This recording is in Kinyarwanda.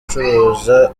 gucuruza